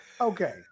Okay